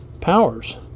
powers